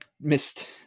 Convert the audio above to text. missed